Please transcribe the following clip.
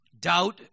doubt